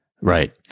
Right